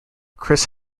chris